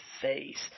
face